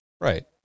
Right